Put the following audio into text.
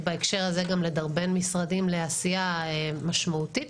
ובהקשר הזה גם לדרבן משרדים לעשייה משמעותית.